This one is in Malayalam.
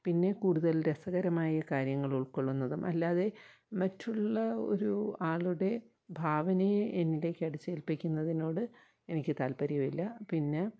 പിന്നെ കൂടുതൽ രസകരമായ കാര്യങ്ങൾ ഉൾക്കൊള്ളുന്നതും അല്ലാതെ മറ്റുള്ള ഒരു ആളുടെ ഭാവനയെ എൻറ്റേക്കടിച്ചേല്പ്പിക്കുന്നതിനോട് എനിക്ക് താത്പര്യമില്ല പിന്നെ